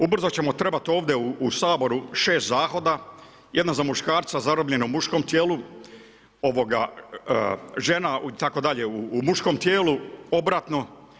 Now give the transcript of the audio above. Ubrzo ćemo trebat ovdje u Saboru šest zahoda, jednog za muškarca zarobljenog u muškom tijelu, žena itd. u muškom tijelu obratno.